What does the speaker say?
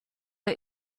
are